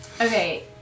Okay